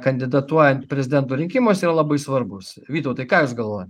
kandidatuojant prezidento rinkimuose yra labai svarbus vytautai ką jūs galvoja